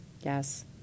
Yes